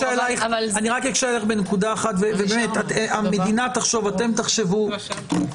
אקשה עליך בנקודה אחת, והמדינה תחשוב, אתם תחשבו.